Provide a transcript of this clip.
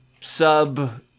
sub